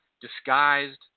disguised